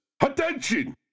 Attention